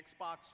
Xbox